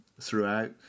throughout